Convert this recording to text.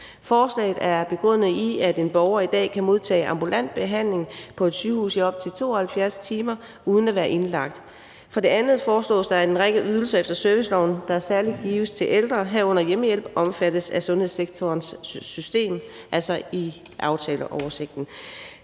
Forslaget er begrundet i, at en borger i dag kan modtage ambulant behandling på et sygehus i op til 72 timer uden at være indlagt. Som noget andet foreslås det, at en række ydelser efter serviceloven, der særlig gives til ældre, herunder hjemmehjælp, omfattes af sundhedssektorens system, altså i aftaleoversigten.